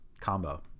combo